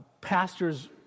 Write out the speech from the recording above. pastor's